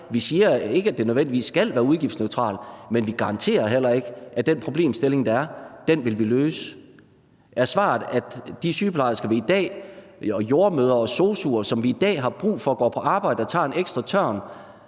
Vi siger ikke, at det nødvendigvis skal være udgiftsneutralt, men vi garanterer heller ikke, at den problemstilling, der er, vil vi løse. Er svaret, at de sygeplejersker, jordemødre og sosu'er, som vi i dag har brug for går på arbejde og tager en ekstra tørn,